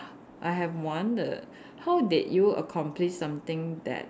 I have one the how did you accomplish something that